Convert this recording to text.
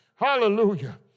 Hallelujah